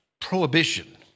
prohibition